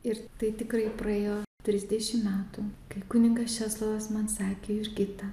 ir tai tikrai praėjo trisdešim metų kai kunigas česlovas man sakė jurgita